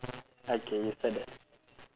okay you saw that